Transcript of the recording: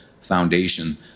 foundation